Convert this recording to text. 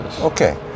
Okay